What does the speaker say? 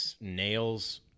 nails